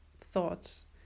thoughts